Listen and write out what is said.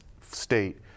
state